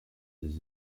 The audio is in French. des